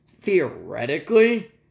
Theoretically